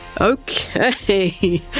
Okay